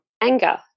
anger